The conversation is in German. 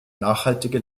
nachhaltige